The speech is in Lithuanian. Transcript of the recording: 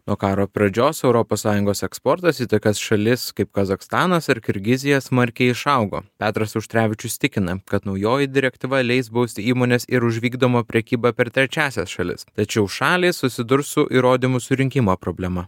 nuo karo pradžios europos sąjungos eksportas į tokias šalis kaip kazachstanas ar kirgizija smarkiai išaugo petras auštrevičius tikina kad naujoji direktyva leis bausti įmones ir už vykdomą prekybą per trečiąsias šalis tačiau šalys susidurs su įrodymų surinkimo problema